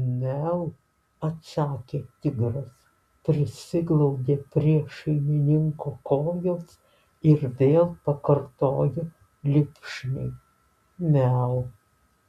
miau atsakė tigras prisiglaudė prie šeimininko kojos ir vėl pakartojo lipšniai miau